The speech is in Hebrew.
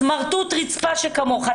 סמרטוט רצפה שכמוך.